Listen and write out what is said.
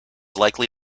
likely